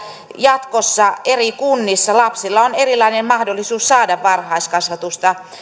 jatkossa eri kunnissa lapsilla on erilainen mahdollisuus saada varhaiskasvatusta